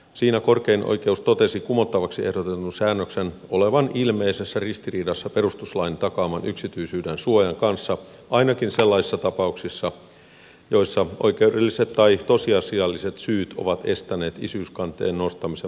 siinä korkein oikeus totesi kumottavaksi ehdotetun säännöksen olevan ilmeisessä ristiriidassa perustuslain takaaman yksityisyydensuojan kanssa ainakin sellaisissa tapauksissa joissa oikeudelliset tai tosiasialliset syyt ovat estäneet isyyskanteen nostamisen määräajassa